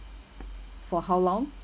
for how long